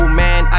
man